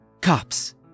Cops